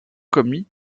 commis